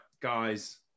guys